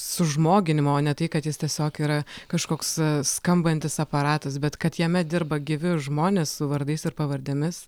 sužmoginimo o ne tai kad jis tiesiog yra kažkoks skambantis aparatas bet kad jame dirba gyvi žmonės su vardais ir pavardėmis